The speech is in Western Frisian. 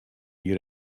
jier